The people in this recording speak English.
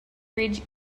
ridge